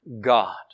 God